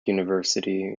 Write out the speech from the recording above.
university